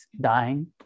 dying